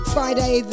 Friday